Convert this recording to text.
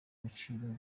igiciro